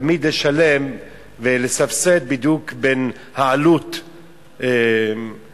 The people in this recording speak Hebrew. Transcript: תמיד לשלם ולסבסד בדיוק בין העלות לבין,